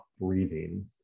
Breathing